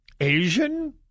Asian